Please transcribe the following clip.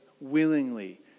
willingly